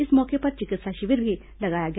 इस मौके पर चिकित्सा शिविर भी लगाया गया